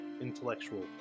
intellectual